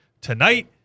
tonight